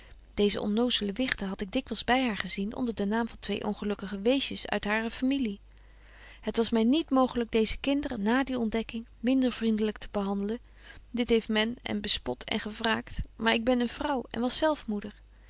deeze onnozele wichten had ik dikwyls by haar gezien onder den naam van twee ongelukkige weesjes uit hare familie het was my niet mooglyk deeze kinderen na die ontdekking minder vriendlyk te behandelen dit heeft men en bespot en gewraakt maar ik ben een vrouw en was zelf moeder